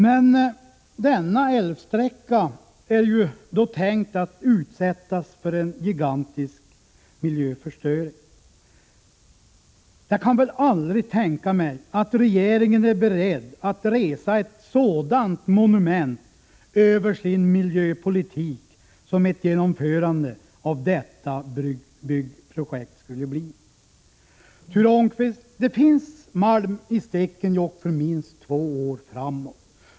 Men man har ju räknat med att denna älvsträcka skall utsättas för en gigantisk miljöförstöring. Jag kan väl aldrig tänka mig att regeringen är beredd att resa ett sådant monument över sin miljöpolitik som ett genomförande av detta byggprojekt skulle innebära. Ture Ångqvist! Det finns malm i Stekenjokk för minst två år framåt.